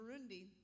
Burundi